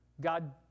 God